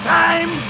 time